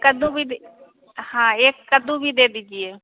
कद्दू भी दे हाँ एक कद्दू भी दे दीजिए